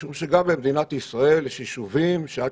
משום שגם למדינת ישראל יש יישובים שעד